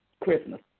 Christmas